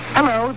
Hello